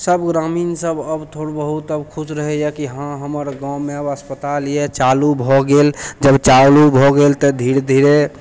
सब ग्रामीण सब आब थोड़ बहुत अब खुश रहै की हँ हमर गाँवमे अब अस्पताल यऽ चालू भऽ गेल जब चालू भऽ गेल तऽ धीरे धीरे